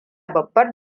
babbar